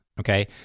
Okay